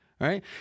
right